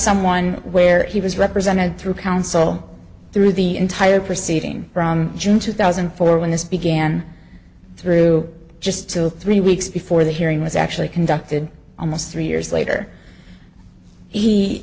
someone where he was represented through counsel through the entire proceeding from june two thousand and four when this began through just two three weeks before the hearing was actually conducted almost three years later he